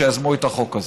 שיזמו את החוק הזה?